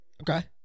okay